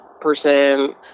person